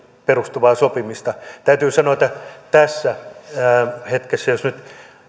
perustuvaa sopimista täytyy sanoa että tässä hetkessä jos nyt